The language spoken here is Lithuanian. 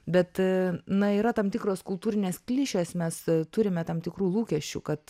bet na yra tam tikros kultūrinės klišės mes turime tam tikrų lūkesčių kad